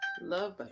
Love